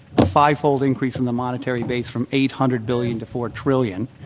a fivefold increase in the monetary base, from eight hundred billion to four trillion,